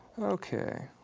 okay,